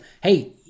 hey